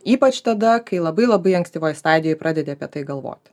ypač tada kai labai labai ankstyvoj stadijoj pradedi apie tai galvoti